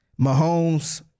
Mahomes